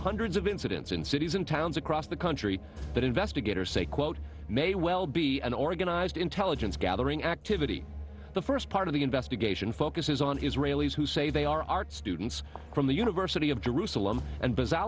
hundreds of incidents in cities and towns across the country that investigators say quote may well be an organized intelligence gathering activity the first part of the investigation focuses on israelis who say they are art students from the university of jerusalem and baza